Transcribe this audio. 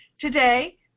Today